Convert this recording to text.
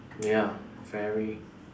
ya very